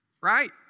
Right